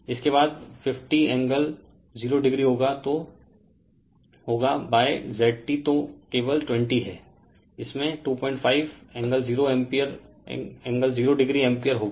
इसके बाद 50० होगाZT जो केवल 20 है इसमें 25० एम्पीयर होगा